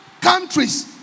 countries